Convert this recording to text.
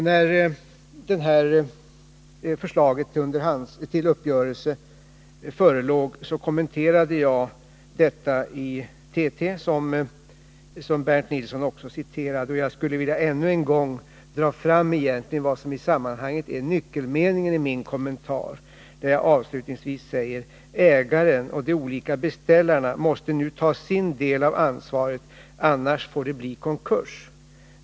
När förslaget till uppgörelse förelåg kommenterade jag detta i TT, som Bernt Nilsson också citerade. Jag skulle ännu en gång vilja understryka nyckelmeningen i min avslutande kommentar: Ägaren och de olika beställarna måste nu ta sin del av ansvaret — annars får det bli konkurs.